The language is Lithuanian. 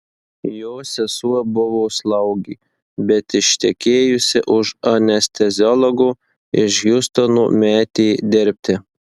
jo sesuo buvo slaugė bet ištekėjusi už anesteziologo iš hjustono metė dirbti